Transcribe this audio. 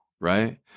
right